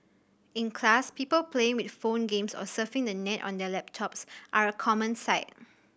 in class people playing with phone games or surfing the net on their laptops are a common sight